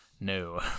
No